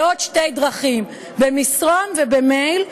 בעוד שתי דרכים במסרון ובמייל,